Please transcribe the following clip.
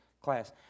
class